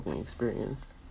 experience